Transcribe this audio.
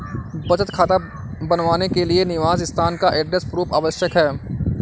बचत खाता बनवाने के लिए निवास स्थान का एड्रेस प्रूफ आवश्यक है